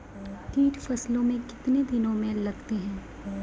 कीट फसलों मे कितने दिनों मे लगते हैं?